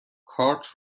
کارت